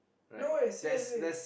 no way seriously